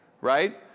right